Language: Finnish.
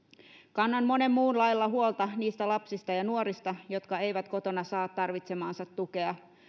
kannan monen muun lailla huolta niistä lapsista ja nuorista jotka eivät kotona saa tarvitsemaansa tukea